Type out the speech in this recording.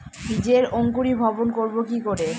বীজের অঙ্কোরি ভবন করব কিকরে?